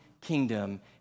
kingdom